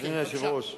בבקשה,